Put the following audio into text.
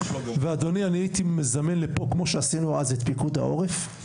ואדוני אני הייתי מזמן לפה כמו שעשינו אז את פיקוד העורף,